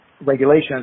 regulations